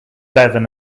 bevan